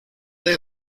they